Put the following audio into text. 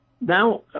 now